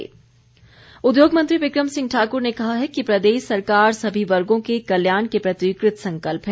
बिक्रम ठाकुर उद्योग मंत्री बिक्रम सिंह ठाक्र ने कहा है कि प्रदेश सरकार सभी वर्गो के कल्याण के प्रति कृतसंकल्प है